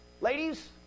ladies